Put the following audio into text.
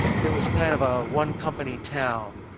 it was kind of a one company town.